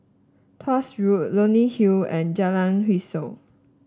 Tuas Road Leonie Hill and Jalan Hwi Yoh